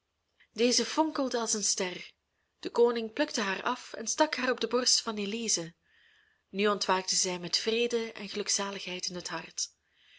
deze fonkelde als een ster de koning plukte haar af en stak haar op de borst van elize nu ontwaakte zij met vrede en gelukzaligheid in het hart